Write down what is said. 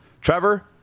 Trevor